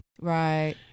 Right